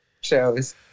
shows